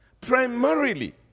primarily